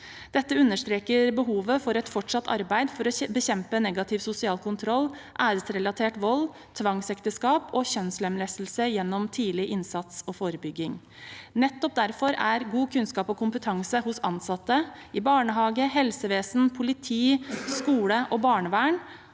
Dette understreker behovet for et fortsatt arbeid for å bekjempe negativ sosial kontroll, æresrelatert vold, tvangsekteskap og kjønnslemlestelse gjennom tidlig innsats og forebygging. Nettopp derfor er god kunnskap og kompetanse hos ansatte i barnehage, helsevesen, politi, skole og barnevern